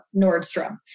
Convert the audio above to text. Nordstrom